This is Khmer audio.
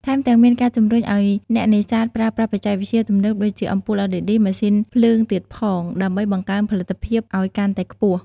ថែមទាំងមានការជំរុញឱ្យអ្នកនេសាទប្រើប្រាស់បច្ចេកវិទ្យាទំនើបដូចជាអំពូល LED ម៉ាស៊ីនភ្លើងទៀតផង ដើម្បីបង្កើនផលិតភាពអោយកាន់តែខ្ពស់។